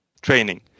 training